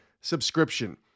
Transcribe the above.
subscription